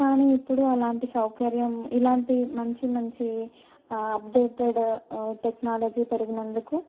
కానీ ఇప్పుడు అలాంటి సౌకర్యం ఇలాంటి మంచి మంచి అప్డేటేడ్ టెక్నాలజీ పెరిగినందుకు